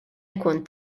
jkun